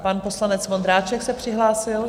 Pan poslanec Vondráček se přihlásil.